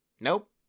Nope